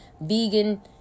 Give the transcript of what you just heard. vegan